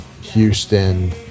houston